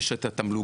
יש את התמלוגים,